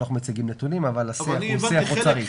אנחנו מציגים נתונים אבל השיח הוא שיח אוצרי.